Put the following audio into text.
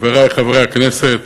חברי חברי הכנסת,